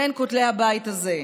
בין כותלי הבית הזה.